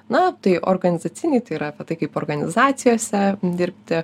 na tai organizaciniai tai yra apie tai kaip organizacijose dirbti